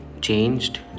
changed